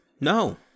No